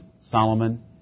Solomon